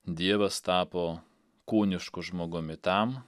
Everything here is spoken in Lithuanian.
dievas tapo kūnišku žmogumi tam